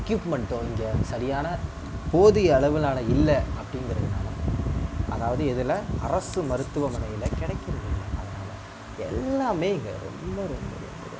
எக்யூப்மெண்ட்டோ இங்கே சரியான போதிய அளவிலான இல்லை அப்டிங்கிறதுனால தான் அதாவது இதலாம் அரசு மருத்துவமனையில் கிடைக்கிறதில்ல எல்லாம் இங்கே ரொம்ப ரொம்ப